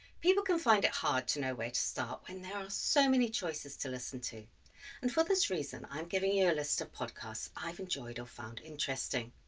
people can find it hard to know where to start and there are so many choices to listen to and, for this reason, i'm giving you a list of podcasts i've enjoyed or found interesting.